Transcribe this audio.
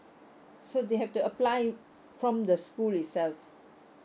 so they have to apply from the school itself